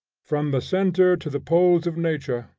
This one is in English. from the centre to the poles of nature,